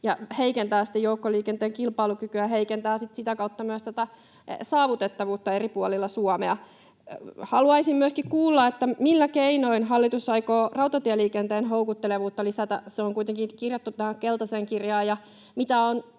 heikentämään joukkoliikenteen kilpailukykyä ja heikentämään sitten sitä kautta myös saavutettavuutta eri puolilla Suomea. Haluaisin myöskin kuulla, millä keinoin hallitus aikoo rautatieliikenteen houkuttelevuutta lisätä — se on kuitenkin kirjattu tähän keltaiseen kirjaan